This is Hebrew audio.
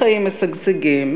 לחיים משגשגים,